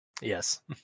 Yes